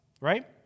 right